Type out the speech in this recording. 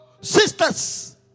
sisters